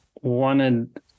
wanted